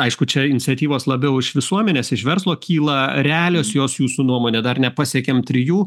aišku čia iniciatyvos labiau iš visuomenės iš verslo kyla realios jos jūsų nuomone dar nepasiekėm trijų